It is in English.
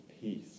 peace